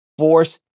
forced